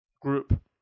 group